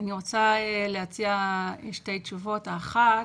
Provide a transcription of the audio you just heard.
להציע שתי תשובות: האחת